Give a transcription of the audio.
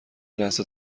لحظه